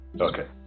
Okay